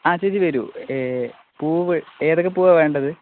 ആ ചേച്ചി വരൂ പൂവ് ഏതൊക്കെ പൂവാണ് വേണ്ടത്